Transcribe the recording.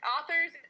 Authors